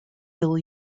ill